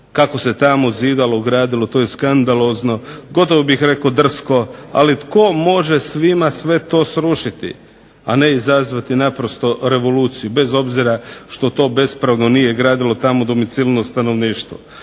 kako se tamo zidalo, gradilo to je skandalozno, gotovo bih rekao drsko. Ali, tko može svima sve to srušiti, a ne izazvati naprosto revoluciju bez obzira što to bespravno nije gradilo tamo domicilno stanovništvo?